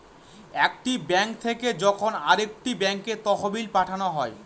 একটি ব্যাঙ্ক থেকে যখন আরেকটি ব্যাঙ্কে তহবিল পাঠানো হয়